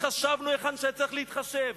התחשבנו היכן שהיה צריך להתחשב,